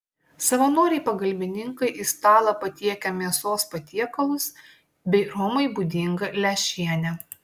savanoriai pagalbininkai į stalą patiekia mėsos patiekalus bei romai būdingą lęšienę